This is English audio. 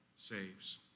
saves